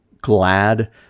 glad